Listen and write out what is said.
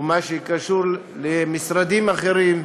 ומה שקשור למשרדים אחרים,